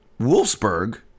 Wolfsburg